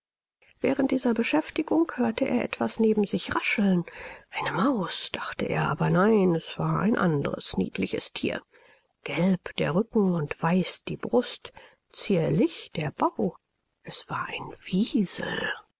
während dieser beschäftigung hörte er etwas neben sich rascheln eine maus dachte er aber nein es war ein anderes niedliches thier gelb der rücken und weiß die brust zierlich der bau es war ein wiesel